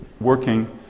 working